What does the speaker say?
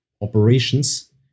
operations